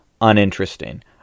uninteresting